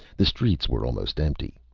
the streets were almost empty.